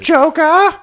Joker